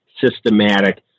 systematic